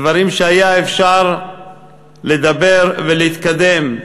דברים שהיה אפשר לדבר ולהתקדם.